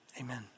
amen